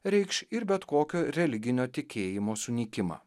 reikš ir bet kokio religinio tikėjimo sunykimą